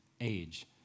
age